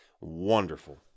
Wonderful